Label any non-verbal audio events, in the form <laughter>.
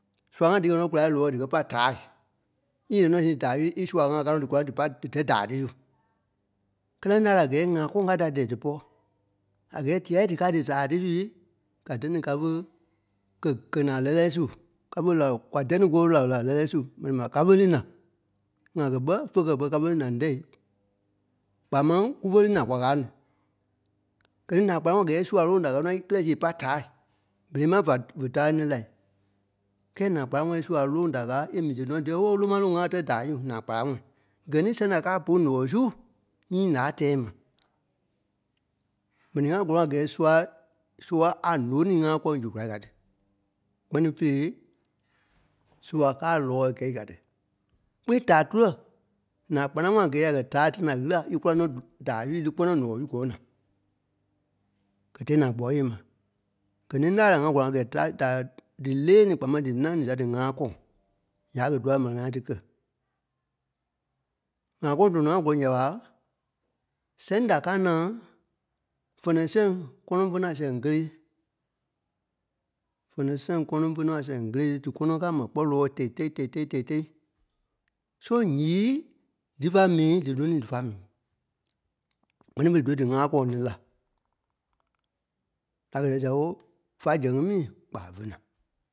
Sua-ŋa diî kɛ̀ nɔ́ kulâi lɔɔ̂i dí kɛ́ pâ tâai. Iî lɛɛ nɔ́ see ni daai su í sua ŋa káa nɔ́ dí kúla dí pá dí tɛ́ daai tí su. Kɛ́lɛ ńâai la a gɛ́ɛ ŋa kɔŋ ká tí da dɛɛ dípɔ, a gɛ́ɛ diai dí káa li daai tí sui ka dîa ni káfe kɛ̀, kɛ̀ naa lɛ́lɛɛ su káfe lao, kwa dîa ni kúfe laoi laa lɛ́lɛɛ su. M̀ɛni ma káfe lî na ŋa kɛ̀ ɓɛ́ fé kɛ̀ ɓɛ́ káfe lî na ńdɛ̂i. kpaa máŋ kúfe lî na kwa káa ni. Gɛ̀ ní naa kparaŋɔɔi gɛ́ɛ í sua loŋ da káa nɔ́ é kirɛ siɣe é pá tâai berei máŋ fa, vé táre ní lai kɛ́lɛ naa kparaŋɔɔi í sua loŋ da káa é mu siɣe nɔ́ dîɛ óo Lóma loŋ aâ tɛ̂ daai su naa kparaŋɔɔi. Gɛ̀ ní sɛŋ da káa bôlu ǹɔɔi su nyíi ǹá tɛɛ̂i ma. M̀ɛnii ŋá gɔ́lɔŋ a gɛ́ɛ sua, sua a nônii ŋa kɔŋ zu kulâi ká tí. Kpɛ́ni fêi, sua káa lɔɔ̂i gɛ̂i ká tí. Kpéi taa-tulɛ naa kpanaŋɔɔi a gɛ́ɛ ya kɛ̀ tâai tãi da ɣîla é kúla nɔ́ daai su é lí kpɔ́nɔ tâai é lí ǹɔii su gɔ̂ɔ na, gɛ́ tɛɛ gbɔ́ɔi yee ma. Gɛ̀ ní ńâai la ŋá gɔlɔŋ a gɛ́ɛ <unintelligible> dí lêe ni kpaa máŋ dí ńâŋ ni da dí ŋa kɔŋ, ǹya ɓé a gɛ dífa m̀ɛni ŋai tí kɛ́. ŋa kɔŋ dɔnɔ ŋá gɔ́lɔŋ ǹya ɓa, sɛŋ da káa naa fɛnɛ-sɛŋ kɔ́nɔ fé nɔ́ a sɛŋ kélee. fɛnɛ-sɛŋ kɔ́nɔ fé nɔ́ a sɛŋ kélee. Dí kɔ́nɔ káa ma kpɔ́ lɔɔ̂i tɛ̂i-tɛi tɛi tɛi tɛ̂i-tɛi tɛi. Sóo nyiî dífa miî, dí lônii dífa mii. Kpɛ́ni fêi, dífe dí ŋa kɔŋ ní la. A ɣɛlɛ sɛo fa zɛŋ ŋí mii kpa, vé na.